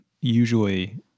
usually